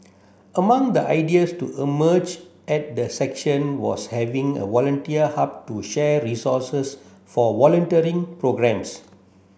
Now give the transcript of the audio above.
among the ideas to emerge at the section was having a volunteer hub to share resources for volunteering programmes